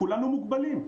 כולנו מוגבלים,